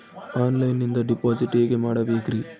ಆನ್ಲೈನಿಂದ ಡಿಪಾಸಿಟ್ ಹೇಗೆ ಮಾಡಬೇಕ್ರಿ?